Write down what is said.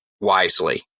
wisely